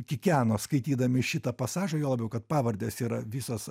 kikeno skaitydami šitą pasažą juo labiau kad pavardės yra visos